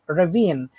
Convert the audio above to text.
ravine